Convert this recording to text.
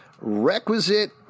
requisite